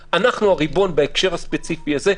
היושב-ראש, אנחנו הריבון בהקשר הספציפי הזה.